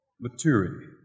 Maturity